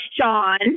Sean